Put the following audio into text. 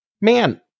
man